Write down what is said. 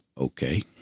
okay